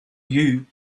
you